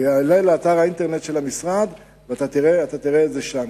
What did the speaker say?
זה יעלה לאתר האינטרנט של המשרד ותראה את זה שם.